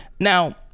Now